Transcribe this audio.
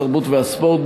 התרבות והספורט,